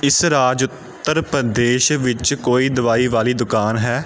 ਇਸ ਰਾਜ ਉੱਤਰ ਪ੍ਰਦੇਸ਼ ਵਿੱਚ ਕੋਈ ਦਵਾਈ ਵਾਲੀ ਦੁਕਾਨ ਹੈ